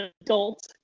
adult